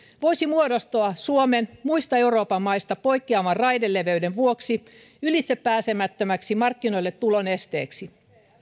voisi muodostua suomen muista euroopan maista poikkeavan raideleveyden vuoksi ylitsepääsemättömäksi markkinoille tulon esteeksi